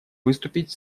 выступить